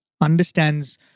understands